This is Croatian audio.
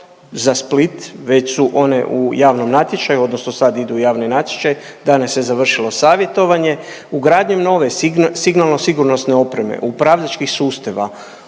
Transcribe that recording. za Split, već su one u javnom natječaju odnosno sad idu u javni natječaj, danas je završilo savjetovanje. Ugradnjom nove signalno sigurnosne opreme upravljačkih sustava